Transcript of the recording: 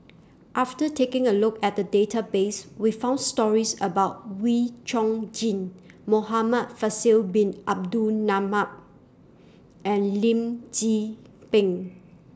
after taking A Look At The Database We found stories about Wee Chong Jin Muhamad Faisal Bin Abdul Manap and Lim Tze Peng